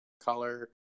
color